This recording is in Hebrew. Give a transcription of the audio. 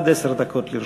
עד עשר דקות לרשותך.